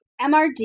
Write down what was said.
MRD